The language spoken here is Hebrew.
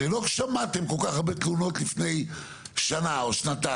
הרי לא שמעתם כל כך הרבה תלונות לפני שנה או שנתיים,